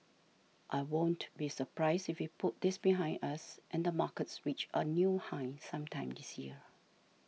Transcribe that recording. I won't be surprised if we put this behind us and the markets reach a new high sometime this year